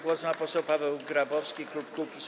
Głos ma poseł Paweł Grabowski, klub Kukiz’15.